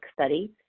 Study